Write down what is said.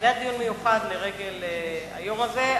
זה היה דיון מיוחד לרגל היום הזה.